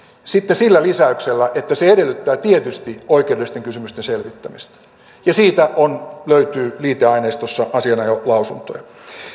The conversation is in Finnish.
sillä lisäyksellä että se edellyttää tietysti oikeudellisten kysymysten selvittämistä siitä löytyy liiteaineistossa asianajolausuntoja